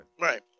Right